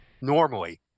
normally